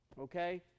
okay